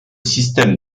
système